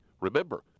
Remember